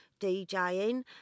djing